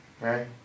Right